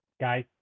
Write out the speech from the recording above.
Guys